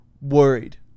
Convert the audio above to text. worried